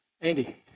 Andy